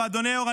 ואדוני היו"ר,